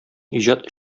иҗат